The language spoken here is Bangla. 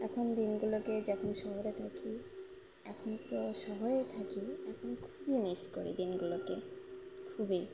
এখন দিনগুলোকে যখন শহরে থাকি এখন তো শহরেই থাকি এখন খুবই মিস করি দিনগুলোকে খুবই